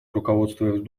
руководствуясь